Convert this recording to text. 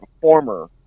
former